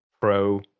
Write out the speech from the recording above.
pro